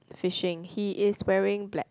fishing he is wearing black